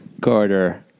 Carter